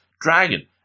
dragon